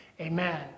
Amen